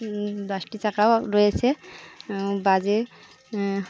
দশটি চাকাও রয়েছে বাসে